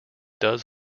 does